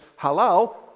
halal